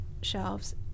shelves